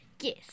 yes